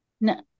no